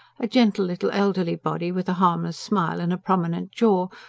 a gentle little elderly body with a harmless smile and a prominent jaw,